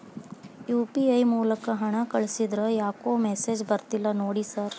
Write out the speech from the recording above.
UPI ಮೂಲಕ ಹಣ ಕಳಿಸಿದ್ರ ಯಾಕೋ ಮೆಸೇಜ್ ಬರ್ತಿಲ್ಲ ನೋಡಿ ಸರ್?